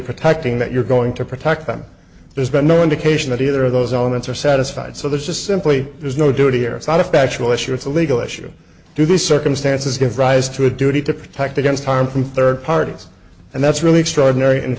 protecting that you're going to protect them there's been no indication that either of those elements are satisfied so there's just simply there's no duty or it's not a factual issue it's a legal issue do these circumstances give rise to a duty to protect against harm from third parties and that's really extraordinary and